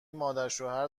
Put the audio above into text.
مادرشوهر